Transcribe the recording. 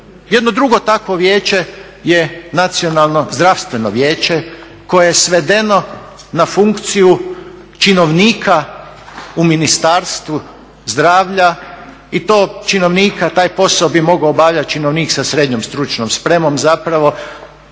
Jedno drugo takvo vijeće je Nacionalno zdravstveno vijeće koje je svedeno na funkciju činovnika u Ministarstvu zdravlja i to činovnika, taj posao bi mogao obavljati činovnik sa srednjom stručnom spremom zapravo,